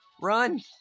Run